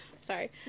Sorry